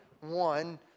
one